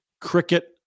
cricket